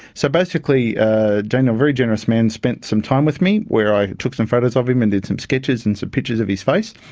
so basically ah daniel, a very generous man, spent some time with me where i took some photos of him and did some sketches and some pictures of his face,